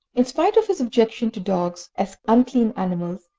in spite of his objection to dogs, as unclean animals,